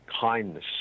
Kindness